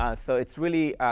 ah so it's really,